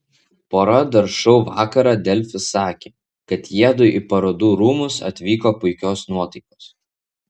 pora dar šou vakarą delfi sakė kad jiedu į parodų rūmus atvyko puikios nuotaikos